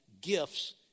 gifts